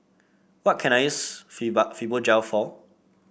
what can I use Fibogel for